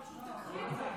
פשוט תקריא אותם.